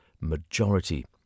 majority